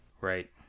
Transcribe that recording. right